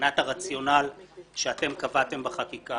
אני אומר את הרציונל שאתם קבעתם בחקיקה.